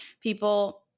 people